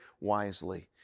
wisely